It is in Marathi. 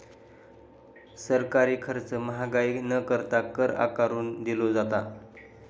सरकारी खर्च महागाई न करता, कर आकारून दिलो जाता